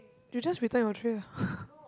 you just return your tray lah